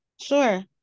Sure